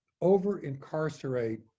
over-incarcerate